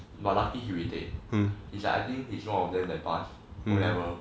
but lucky he retake he's like I think he's one of them that pass O level